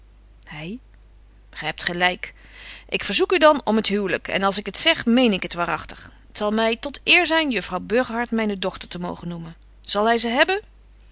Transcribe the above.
gy hebt gelyk ik verzoek u dan om het huwlyk en als ik het zeg meen ik het waaragtig t zal my tot eer zyn juffrouw burgerhart myne dochter te mogen noemen zal hy ze hebben